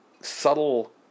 subtle